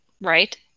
right